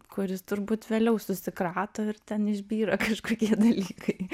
kuris turbūt vėliau susikrato ir ten išbyra kažkokie dalykai